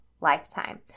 lifetime